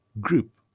group